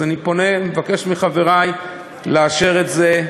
אז אני פונה ומבקש מחברי לאשר את זה.